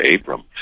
Abram